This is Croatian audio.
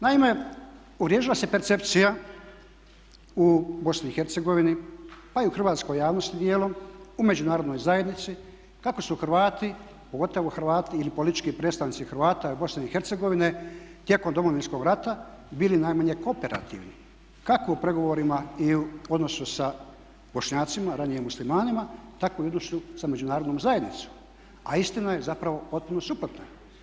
Naime, uvriježila se percepcija u Bosni i Hercegovini, pa i u hrvatskoj javnosti dijelom u Međunarodnoj zajednici kako su Hrvati, pogotovo Hrvati ili politički predstavnici Hrvata BiH tijekom Domovinskog rata bili najmanje kooperativni kako u pregovorima i odnosu sa Bošnjacima, ranije Muslimanima, tako i u odnosu sa Međunarodnom zajednicom, a istina je zapravo potpuno suprotna.